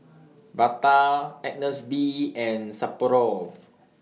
Bata Agnes B and Sapporo